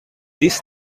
this